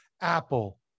Apple